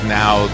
now